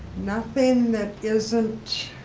nothing that isn't